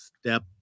step